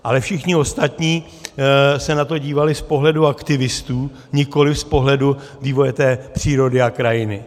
Ale všichni ostatní se na to dívali z pohledu aktivistů, nikoliv z pohledu vývoje přírody a krajiny.